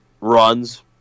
runs